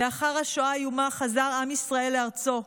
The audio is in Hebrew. לאחר השואה האיומה חזר עם ישראל לארצו,